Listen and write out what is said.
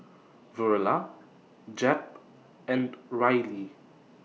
Verla Jep and Rylie